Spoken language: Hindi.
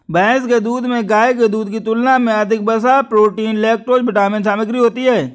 भैंस के दूध में गाय के दूध की तुलना में अधिक वसा, प्रोटीन, लैक्टोज विटामिन सामग्री होती है